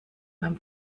beim